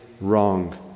wrong